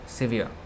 severe